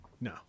no